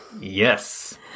Yes